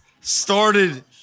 started